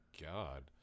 god